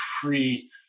free